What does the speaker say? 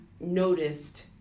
noticed